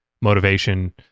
motivation